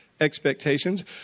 expectations